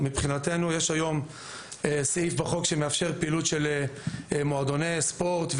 מבחינתנו יש היום סעיף בחוק שמאפשר פעילות של מועדוני ספורט,